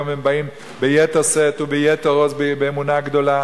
היום הם באים ביתר שאת וביתר עוז ובאמונה גדולה.